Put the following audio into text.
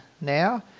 now